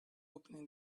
opening